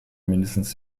mindestens